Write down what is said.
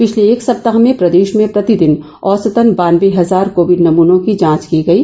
पिछले एक सप्ताह में प्रदेश में प्रतिदिन औसतन बानबे हजार कोविड नमूनों की जांच की गयी